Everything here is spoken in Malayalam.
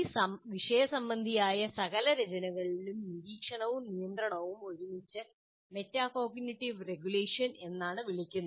ഈ വിഷയസംബന്ധിയായ സകല രചനകളിലും നിരീക്ഷണവും നിയന്ത്രണവും ഒരുമിച്ച് മെറ്റാകോഗ്നിറ്റീവ് റെഗുലേഷൻ എന്നാണ് വിളിക്കുന്നു